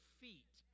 feet